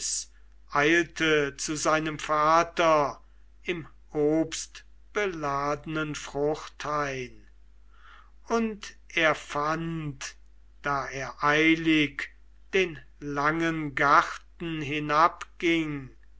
eilte zu seinem vater im obstbeladenen fruchthain und er fand da er eilig den langen garten